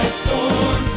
storm